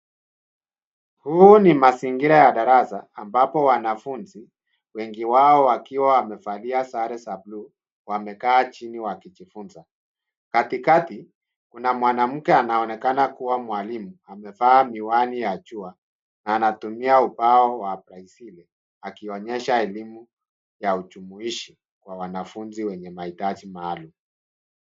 Huu ni mazingira ya darasa ambapo wanafunzi wengi wao wakiwa wamevalia sare za bluu, wamekaa chini wakijifunza. Katikati, kuna mwanamke anaonekana kuwa mwalimu amevaa miwani ya jua, anatumia ubao wa brazili akionyesha elimu ya ujumuishi wa wanafunzi wenye mahitaji maalum.